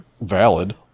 valid